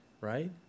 Right